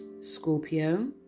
Scorpio